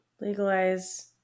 legalize